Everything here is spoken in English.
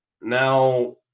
Now